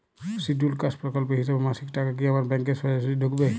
Scheduled caste প্রকল্পের হিসেবে মাসিক টাকা কি আমার ব্যাংকে সোজাসুজি ঢুকবে?